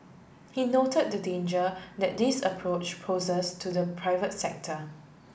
he note the danger that this approach poses to the private sector